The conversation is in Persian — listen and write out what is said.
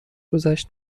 گذشت